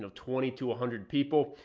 twenty to a hundred people.